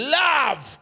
love